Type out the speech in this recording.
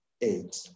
eight